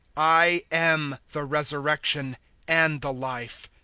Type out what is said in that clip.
i am the resurrection and the life,